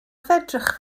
fedrwch